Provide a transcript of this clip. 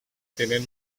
tener